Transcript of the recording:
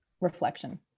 reflection